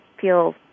feel